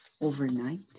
overnight